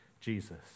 Jesus